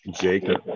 Jacob